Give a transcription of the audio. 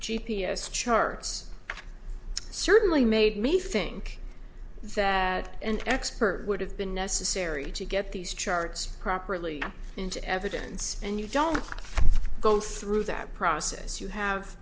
s charts certainly made me think that an expert would have been necessary to get these charts properly into evidence and you don't go through that process